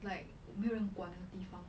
like 没有人管的地方